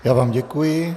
Já vám děkuji.